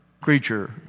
creature